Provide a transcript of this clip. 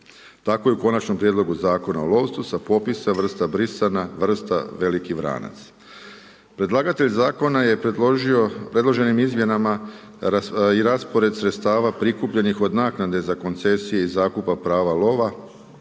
Tako i u konačnom prijedlogu Zakona o lovstvu, sa popisa brisana vrsta veliki vranac. Predlagatelj zakona je predložio predloženim izmjenama i raspored sredstava prikupljenih od naknade za koncesije i zakupa prava lova,